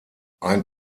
ein